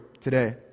today